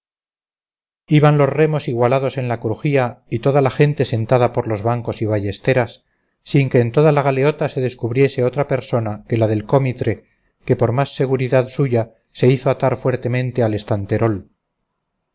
iban los remos igualados en la crujía y toda la gente sentada por los bancos y ballesteras sin que en toda la galeota se descubriese otra persona que la del cómitre que por más seguridad suya se hizo atar fuertemente al estanterol